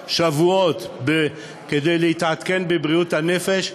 כמה שבועות כדי להתעדכן בבריאות הנפש,